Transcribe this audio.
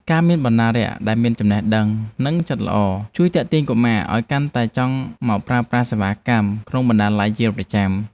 ការមានបណ្ណារក្សដែលមានចំណេះដឹងនិងចិត្តល្អ ជួយទាក់ទាញឱ្យកុមារកាន់តែចង់មកប្រើប្រាស់សេវាកម្មក្នុងបណ្ណាល័យជាប្រចាំ។